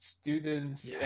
students